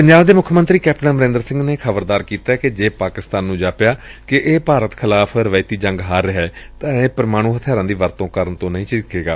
ਪੰਜਾਬ ਦੇ ਮੁੱਖ ਮੰਤਰੀ ਕੈਪਟਨ ਅਮਰੰਦਰ ਸਿੰਘ ਨੇ ਖ਼ਬਰਦਾਰ ਕੀਤੈ ਕਿ ਜੇ ਪਾਕਿਸਤਾਨ ਨੁੰ ਜਾਪਿਆ ਕਿ ਇਹ ਭਾਰਤ ਖਿਲਾਫ਼ ਰਵਾਇਤੀ ਜੰਗ ਹਾਰ ਰਿਹੈ ਤਾਂ ਇਹ ਪ੍ਰਮਾਣੁ ਹਥਿਆਰਾਂ ਦੀ ਵਰਤੋਂ ਕੁਰਨ ਤੋਂ ਨਹੀਂ ਝਿਜਕੇਗਾ